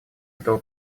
этого